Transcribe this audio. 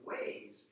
ways